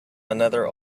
another